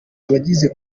abagize